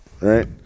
right